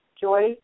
joy